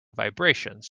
vibrations